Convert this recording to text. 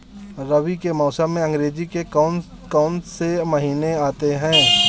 रबी के मौसम में अंग्रेज़ी के कौन कौनसे महीने आते हैं?